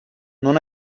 non